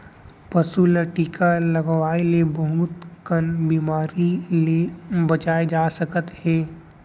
पसू ल टीका लगवाए ले बहुत अकन बेमारी ले बचाए जा सकत हे